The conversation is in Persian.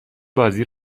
بازی